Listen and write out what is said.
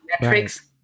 metrics